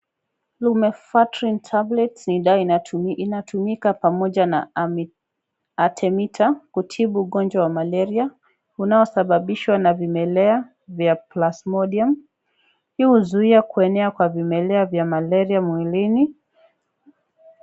Lumefatrin tablet ni dawa inatumika pomaja na amiatrimeter kutibu ugojwa wa malaria unao sababishwa na vimelea vya plasmodium hii huzuhulia kwakaenea kwa virusi vya malaria mwilini.